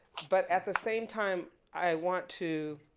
but at the same time i want to